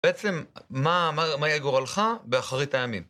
בעצם, מה, מה יהיה גורלך באחרית הימים?